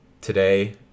Today